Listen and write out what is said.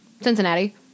Cincinnati